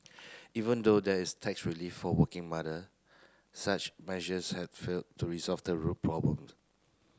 even though there is tax relief for working mother such measures have failed to resolve the root problem